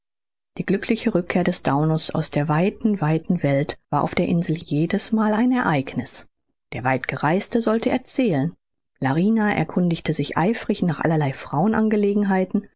die glückliche rückkehr des daunus aus der weiten weiten welt war auf der insel jedes mal ein ereigniß der weitgereiste sollte erzählen larina erkundigte sich eifrigst nach allerlei